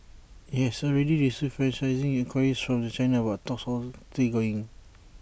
IT has already received franchising enquiries from China but talks are still going